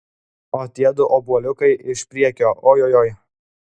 o tiedu obuoliukai iš priekio ojojoi